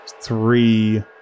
three